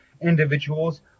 individuals